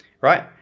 right